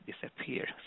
disappear